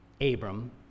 Abram